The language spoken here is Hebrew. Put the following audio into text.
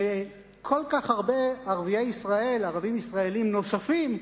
שכל כך הרבה ערביי ישראל, ערבים ישראלים נוספים,